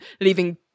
leaving